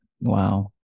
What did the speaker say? Wow